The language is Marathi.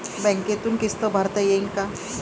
बँकेतून किस्त भरता येईन का?